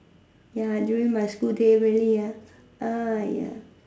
ya during my school day really ah !aiya!